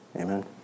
amen